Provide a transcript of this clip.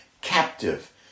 captive